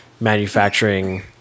manufacturing